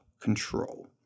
control